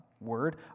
word